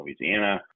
Louisiana